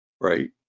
Right